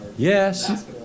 Yes